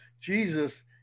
Jesus